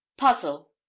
puzzle